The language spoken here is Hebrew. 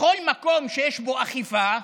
בכל מקום שיש בו אכיפה,